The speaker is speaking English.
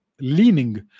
leaning